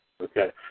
Okay